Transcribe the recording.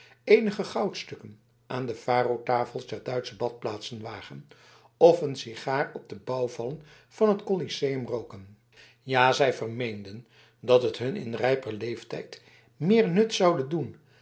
eenige goudstukken aan de farotafels der duitsche badplaatsen wagen of een sigaar op de bouwvallen van het coliseum rooken ja zij vermeenden dat het hun in rijper leeftijd meer nut zoude doen